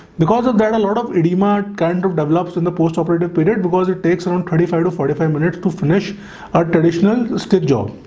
because of that, a lot of edema kind of develops in the post-operative period because it takes on on twenty five to forty five minutes to finish our traditional stitch job.